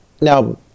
now